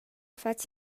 fatg